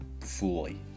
fully